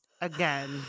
again